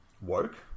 Woke